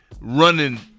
running